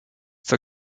zur